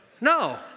No